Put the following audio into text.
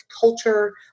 culture